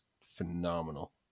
phenomenal